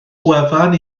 gwefan